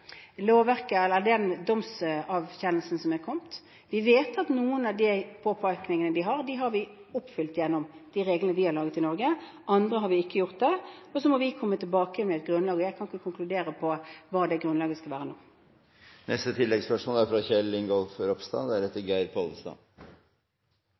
som er kommet. Vi vet at noen av de påpekningene de har, har vi oppfylt gjennom de reglene vi har laget i Norge, andre har vi ikke oppfylt. Så må vi komme tilbake med et grunnlag. Jeg kan ikke konkludere med hva det grunnlaget skal være, nå. Kjell Ingolf Ropstad – til oppfølgingsspørsmål. Vi er